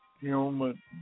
human